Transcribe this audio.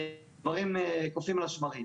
הדברים קופאים על השמרים.